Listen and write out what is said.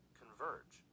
converge